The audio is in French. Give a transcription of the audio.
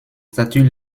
statuts